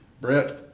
Brett